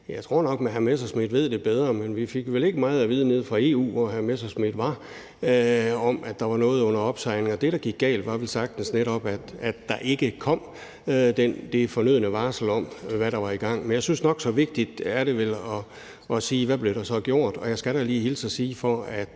Jeg tror nok, at hr. Morten Messerschmidt ved det bedre, men vi fik vel ikke meget at vide nede fra EU, hvor hr. Morten Messerschmidt var, om, at der var noget under opsejling. Og det, der gik galt, var velsagtens netop det, at der ikke kom det fornødne varsel om, hvad der var i gang. Jeg synes, at det vel er nok så vigtigt at sige, hvad der så blev gjort. Og jeg skal lige hilse og sige, at